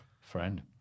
friend